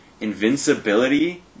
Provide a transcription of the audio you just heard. invincibility